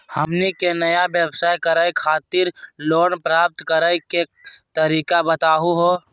हमनी के नया व्यवसाय करै खातिर लोन प्राप्त करै के तरीका बताहु हो?